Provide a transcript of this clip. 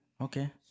Okay